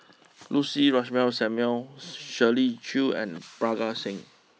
Lucy Ratnammah Samuel Shirley Chew and Parga Singh